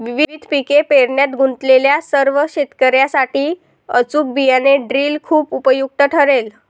विविध पिके पेरण्यात गुंतलेल्या सर्व शेतकर्यांसाठी अचूक बियाणे ड्रिल खूप उपयुक्त ठरेल